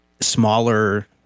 smaller